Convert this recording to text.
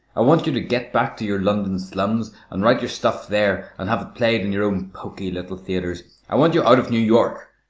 i want you to get back to your london slums and write your stuff there and have it played in your own poky little theatres. i want you out of new york,